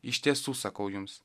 iš tiesų sakau jums